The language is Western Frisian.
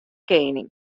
koaning